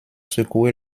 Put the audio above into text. secoué